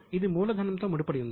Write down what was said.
ఇది మూలధనంతో ముడిపడినది